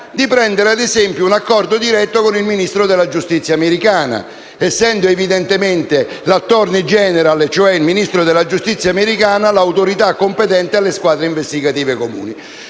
di prendere, ad esempio, un accordo diretto con il Ministro della giustizia americano, essendo evidentemente l'*Attorney general*, cioè il Ministro della giustizia americano, l'autorità competente alle squadre investigative comuni.